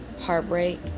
heartbreak